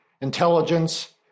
intelligence